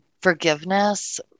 forgiveness